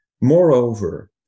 Moreover